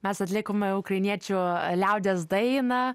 mes atlikome ukrainiečių liaudies dainą